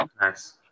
nice